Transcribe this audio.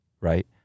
right